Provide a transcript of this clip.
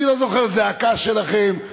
אני לא זוכר זעקה שלכם.